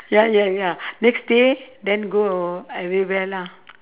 ya ya ya next day then go everywhere lah